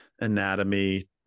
anatomy